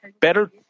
better